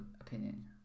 opinion